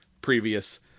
previous